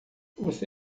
você